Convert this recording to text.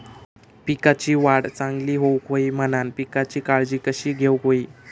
पिकाची वाढ चांगली होऊक होई म्हणान पिकाची काळजी कशी घेऊक होई?